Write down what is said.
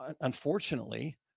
Unfortunately